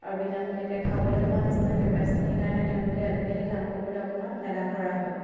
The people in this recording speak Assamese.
আৰু বিনামূলীয়াকৈ খাবলৈ পোৱা নিচিনাকৈ পাইছে সেইকাৰণে তেওঁলোকে আজিকালি কাম কৰিবলৈ অকণমান এলাহ কৰা হ'ল